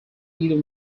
either